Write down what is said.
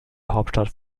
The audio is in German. hauptstadt